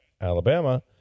Alabama